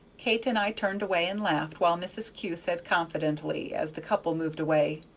kate and i turned away and laughed, while mrs. kew said confidentially, as the couple moved away,